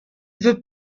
veux